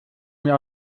mir